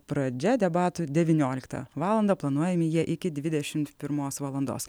pradžia debatų devynioliktą valandą planuojami jie iki dvidešimt pirmos valandos